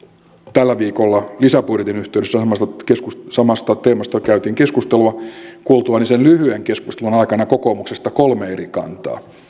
tällä viikolla lisäbudjetin yhteydessä samasta teemasta käytiin keskustelua kuultuani sen lyhyen keskustelun aikana kokoomuksesta kolme eri kantaa